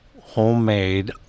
homemade